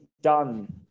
done